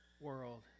world